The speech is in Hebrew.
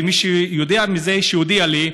ומי שיודע מזה שיודיע לי,